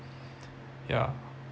ya